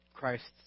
Christ's